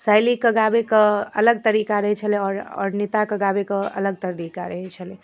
शैलीके गाबैके अलग तरीका रहै छलै आओर अरुणिताके गाबैके अलग तरीका रहै छलै